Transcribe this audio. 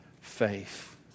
faith